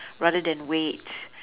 rather than wait